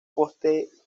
posterioridad